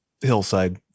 hillside